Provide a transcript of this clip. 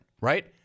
right